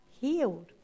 healed